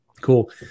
Cool